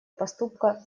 поступка